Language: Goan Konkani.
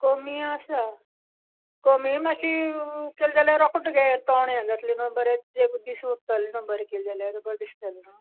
कमी आसा कमी मात्शी केली जाल्यार रोकडें तुगें तोंड हें जातलें न्हू बरें तें एकूच दीस उरतलें न्हू बरें केलें जाल्यार बरें दिसतलें न्हू